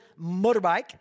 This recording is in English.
motorbike